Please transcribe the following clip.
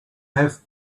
have